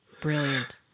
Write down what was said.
brilliant